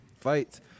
fights